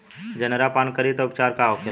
जनेरा पान करी तब उपचार का होखेला?